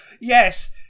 Yes